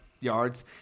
yards